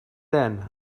then